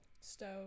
stove